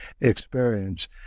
experience